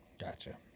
Gotcha